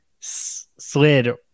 slid